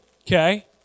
okay